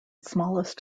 smallest